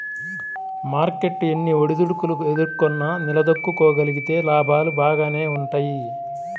market ఎన్ని ఒడిదుడుకులు ఎదుర్కొన్నా నిలదొక్కుకోగలిగితే లాభాలు బాగానే వుంటయ్యి